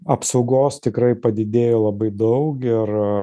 apsaugos tikrai padidėjo labai daug ir